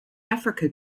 africa